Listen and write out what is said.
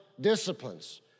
disciplines